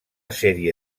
sèrie